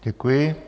Děkuji.